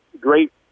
great